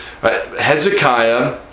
Hezekiah